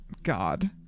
God